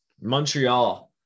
montreal